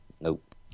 Nope